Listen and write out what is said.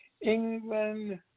England